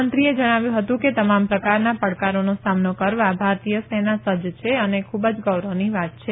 મંત્રીએ જણાવ્યું હતું કે તમામ પ્રકારના પડકારોનો સામનો કરવા ભારતીય સેના સજજ છે એ ખુબ જ ગૌરવની વાત છે